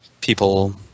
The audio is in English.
people